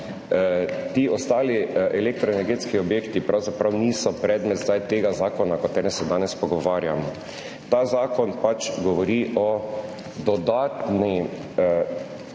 ti ostali elektroenergetski objekti pravzaprav niso predmet tega zakona, o katerem se danes pogovarjamo. Ta zakon govori o dodatnih